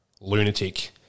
lunatic